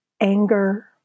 anger